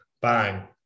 bang